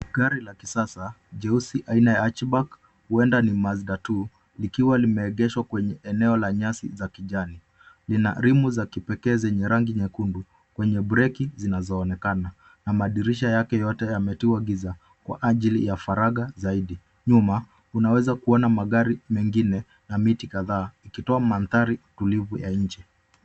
Gari la kisasa jeusi aina ya harchibag huenda ni' Mazda two' likiwa limeegeshwa kwenye eneo la nyasi za kijani lina rimu za kipekee zenye rangi nyekundu kwenye breki zinazoonekana na madirisha yake yote yametiwa giza kwa ajili ya faragha zaidi ,nyuma unaweza kuona magari mengine na miti kadhaa ikitoa mandhari tulivu ya nje.